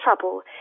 trouble